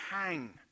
hang